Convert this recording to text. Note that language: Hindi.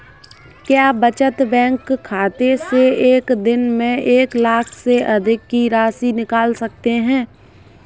क्या बचत बैंक खाते से एक दिन में एक लाख से अधिक की राशि निकाल सकते हैं?